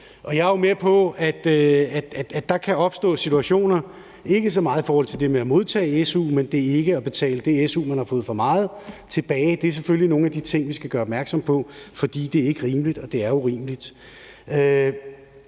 Jeg er med på, at der kan opstå situationer, ikke så meget i forhold til det med at modtage su, men i forhold til det med ikke at betale det su, man har fået for meget, tilbage. Det er selvfølgelig nogle af de ting, vi skal gøre opmærksom på, for det er ikke rimeligt; det er urimeligt.